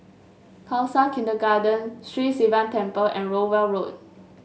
Khalsa Kindergarten Sri Sivan Temple and Rowell Road